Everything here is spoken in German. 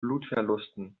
blutverlusten